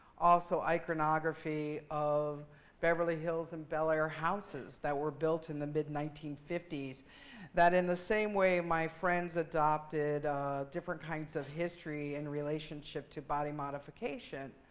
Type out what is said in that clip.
also, iconography of beverly hills and bel air houses that were built in the mid nineteen fifty s that in the same way my friends adopted different kinds of history in relationship to body modification,